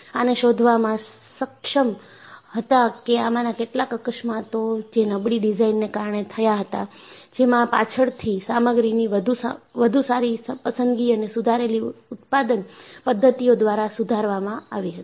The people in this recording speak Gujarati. આને શોધવામાં સક્ષમ હતા કે આમાંના કેટલાક અકસ્માતો જે નબળી ડિઝાઇનને કારણે થયા હતા જેમાં પાછળથી સામગ્રીની વધુ સારી પસંદગી અને સુધારેલી ઉત્પાદન પદ્ધતિઓ દ્વારા સુધારવામાં આવી હતી